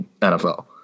NFL